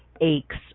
aches